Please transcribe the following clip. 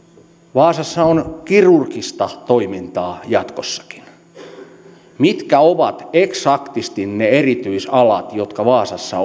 vaasassa on kirurgista toimintaa jatkossakin mitkä ovat eksaktisti ne erityisalat jotka vaasassa